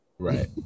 Right